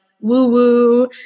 woo-woo